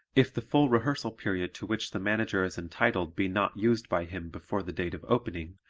if the full rehearsal period to which the manager is entitled be not used by him before the date of opening,